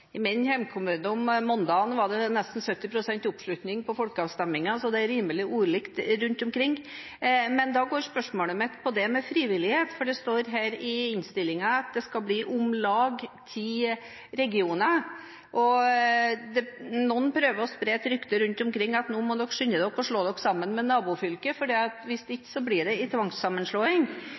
I min hjemkommune på mandagen var det nesten 70 pst. oppslutning på folkeavstemningen, så det er rimelig ulikt rundt omkring. Men da går spørsmålet mitt på frivillighet, for det står her i innstillingen at det skal bli om lag ti regioner. Noen prøver å spre et rykte rundt omkring at nå må dere skynde dere å slå dere sammen med nabofylket, hvis ikke blir det